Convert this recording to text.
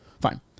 Fine